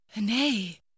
Nay